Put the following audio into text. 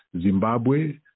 Zimbabwe